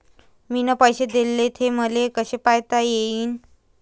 मिन पैसे देले, ते मले कसे पायता येईन?